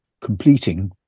completing